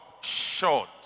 short